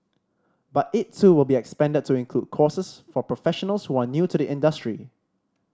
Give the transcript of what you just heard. but it too will be expanded to include courses for professionals who are new to the industry